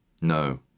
No